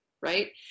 Right